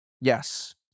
yes